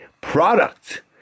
product